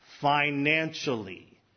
financially